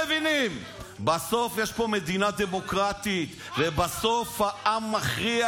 בסוף יש פה מדינה דמוקרטית, ובסוף והעם מכריע.